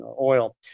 oil